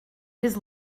his